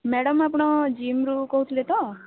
madam ଆପଣ ଜିମ୍ରୁ କହୁଥିଲେ ତ